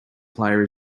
player